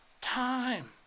time